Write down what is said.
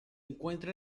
encuentra